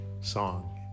song